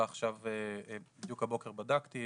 ובדיוק הבוקר בדקתי,